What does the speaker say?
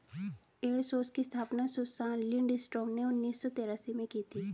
एपर सोर्स की स्थापना सुसान लिंडस्ट्रॉम ने उन्नीस सौ तेरासी में की थी